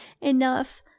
enough